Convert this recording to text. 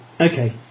Okay